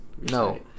No